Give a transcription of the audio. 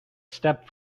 step